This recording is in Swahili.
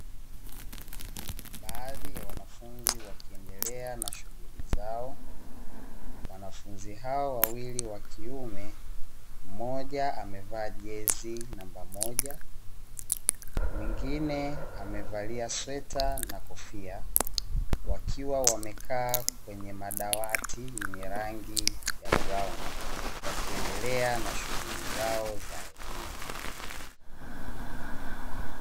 Baadhi ya wanafunzi wakiendelea na shughuli zao. Wanafunzi hawa wawili wakiume, mmoja amevaa jezi namba moja, mwingine amevalia sweta na kofia wakiwa wamekaa kwenye madawati yenye rangi samawati, wakiendelea na shughuli zao za elimu.